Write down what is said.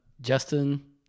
Justin